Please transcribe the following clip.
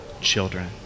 children